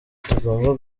tugomba